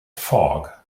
fog